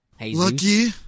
Lucky